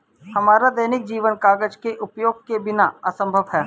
हमारा दैनिक जीवन कागज के उपयोग के बिना असंभव है